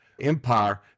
empire